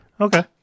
Okay